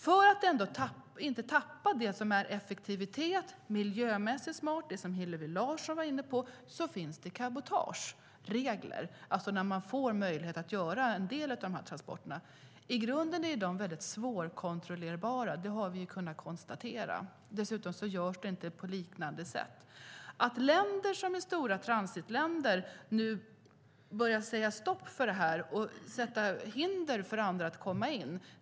För att inte tappa effektivitet och det som är miljömässigt smart - det som Hillevi Larsson var inne på - finns det cabotageregler för när man får möjlighet att göra en del av transporterna. I grunden är de svårkontrollerbara; det har vi kunnat konstatera. Dessutom görs det inte på liknande sätt. Länder som är stora transitländer börjar nu säga stopp för detta och sätta hinder för andra att komma in.